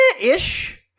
ish